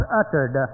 uttered